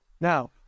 Now